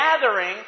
gathering